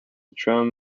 drum